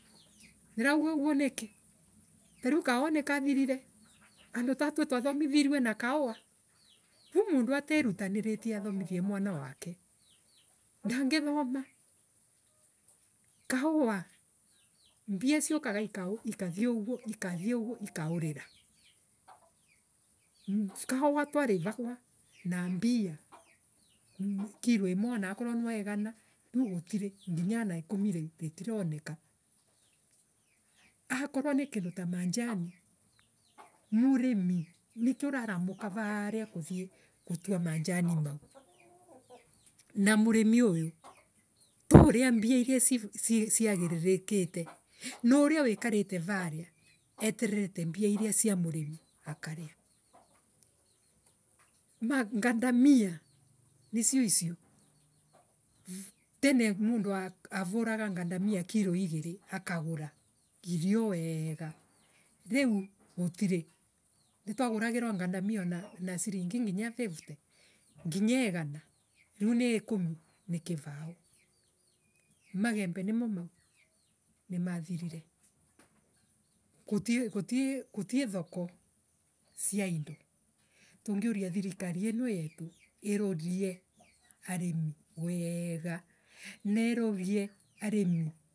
Nirauga uguo niki tariiu kauwa nikathirire andu tatue twathemithirue na kauwa. Riu mundu atenitaniritie athomithie mwana wake. ndangithoma. kahuwa! Mbia au kaga ikathie ugwo ikathie ugwo ikaurira. kahuwa twarivagwa na mbia kilo imwe anakorwo ni igana riu gutiri nginya ana ikumi iiu ritironeka akorwo ni kindu ta manjani murimi nike uraramuka vaaria kuthie manjani mau. No murimi uyu tuuria mbia iria cia murimi akaria. Ngandamia. nicio icio. Tene mundu avuraga ngandamia na siringi nginya fefte. nginya igana. riu ni ikumi. kivau. Magembe nimo mau. nimathirire. kutie thoko cia irio. tungiuria thirikari iino yetu irorie arimi weega na irorie arimi,